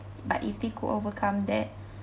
but if they could overcome that